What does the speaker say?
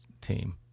team